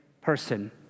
person